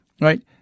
right